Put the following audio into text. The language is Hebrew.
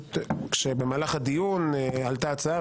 במהלך הדיון עלתה הצעה,